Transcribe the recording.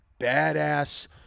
badass